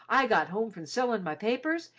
i got home from sellin' my papers,